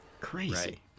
crazy